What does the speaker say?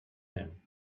him